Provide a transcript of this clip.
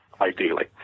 ideally